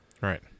Right